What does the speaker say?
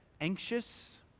anxious